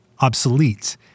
obsolete